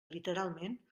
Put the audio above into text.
literalment